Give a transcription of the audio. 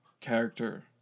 character